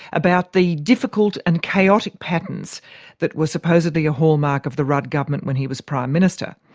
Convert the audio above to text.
about the difficult and chaotic patterns that were supposedly a hallmark of the rudd government when he was prime minister.